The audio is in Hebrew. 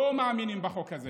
לא מאמינים בחוק הזה.